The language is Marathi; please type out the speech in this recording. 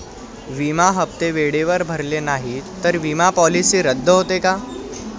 विमा हप्ते वेळेवर भरले नाहीत, तर विमा पॉलिसी रद्द होते का?